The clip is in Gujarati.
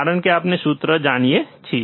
કારણ કે આપણે સૂત્ર જાણીએ છીએ